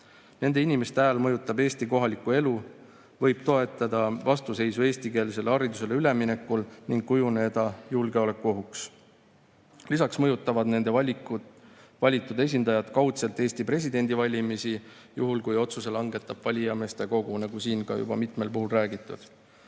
Nende inimeste hääl mõjutab Eesti kohalikku elu, see võib toetada vastuseisu eestikeelsele haridusele üleminekul ning kujuneda julgeolekuohuks. Lisaks mõjutavad nende valitud esindajad kaudselt Eesti presidendi valimisi juhul, kui otsuse langetab valijameeste kogu, nagu siin juba mitmel puhul